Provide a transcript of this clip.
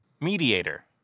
mediator